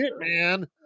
man